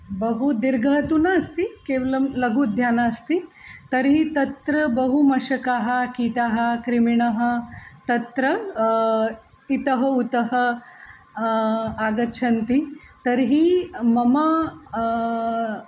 बहु दीर्घः तु नास्ति केवलं लघूध्यानम् अस्ति तर्हि तत्र बहु मशकाः कीटाः क्रिमिणः तत्र इतः उतः आगच्छन्ति तर्हि मम